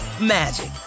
magic